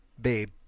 Babe